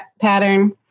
pattern